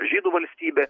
žydų valstybė